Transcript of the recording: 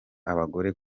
abagore